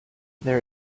there